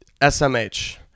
SMH